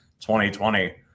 2020